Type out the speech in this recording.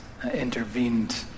Intervened